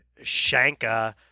Shanka